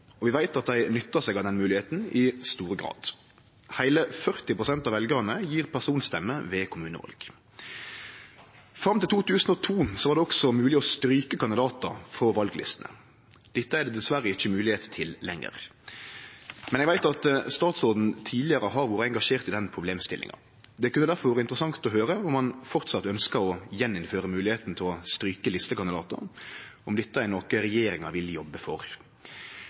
og vi veit at dei nyttar seg av denne moglegheita i stor grad. Heile 40 pst. av veljarane gjev personstemme ved kommuneval. Fram til 2002 var det også mogleg å stryke kandidatar frå vallistene. Det har ein dessverre ikkje høve til lenger. Men eg veit at statsråden tidlegare har vore engasjert i denne problemstillinga. Det kunne derfor vore interessant å høyre om han framleis ønskjer å gjeninnføre høvet til å stryke listekandidatar, og om dette er noko regjeringa vil jobbe for.